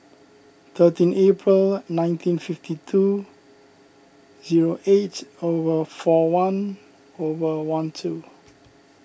thirteen April nineteen fifty two zero eight hour four one hour one two